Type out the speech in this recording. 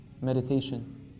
meditation